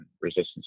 resistance